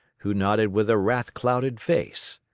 who nodded with a wrath-clouded face.